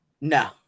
no